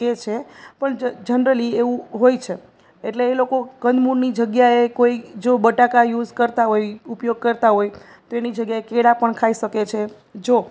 કહે છે પણ જનરલી એવું હોય છે એટલે એ લોકો કંદમૂળની જગ્યાએ કોઈ જો બટાકા યુસ કરતાં હોય ઉપયોગ કરતાં હોય તો એની જગ્યાએ કેળાં પણ ખાઈ શકે છે જો